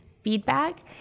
feedback